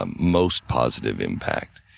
um most positive impact?